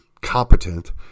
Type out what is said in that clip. competent